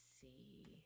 see